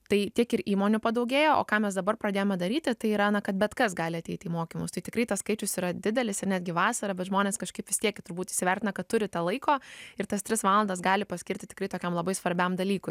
tai tiek ir įmonių padaugėjo o ką mes dabar pradėjome daryti tai yra na kad bet kas gali ateiti į mokymus tai tikrai tas skaičius yra didelis ir netgi vasarą bet žmonės kažkaip vis tiek turbūt įvertina kad turi to laiko ir tas tris valandas gali paskirti tikrai tokiam labai svarbiam dalykui